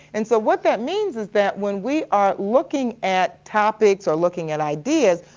and so what that means is that when we are looking at topics or looking at ideas,